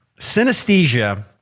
Synesthesia